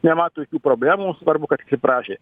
nemato jokių problemų svarbu kad atsiprašė